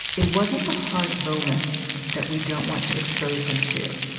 it wasn't the hard moments that we don't want to expose them to.